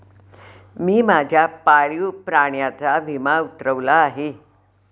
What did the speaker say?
मी माझ्या पाळीव प्राण्याचा विमा उतरवला आहे